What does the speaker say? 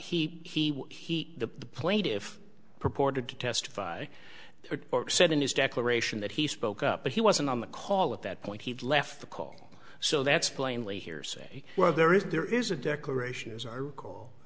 he he played if purported to testify they said in his declaration that he spoke up but he wasn't on the call at that point he'd left the call so that's plainly hearsay where there is there is a declaration as i recall